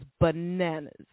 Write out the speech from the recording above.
bananas